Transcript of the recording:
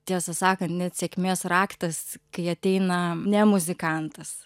tiesą sakant net sėkmės raktas kai ateina ne muzikantas